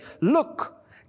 Look